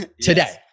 today